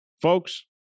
Folks